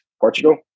Portugal